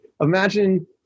imagine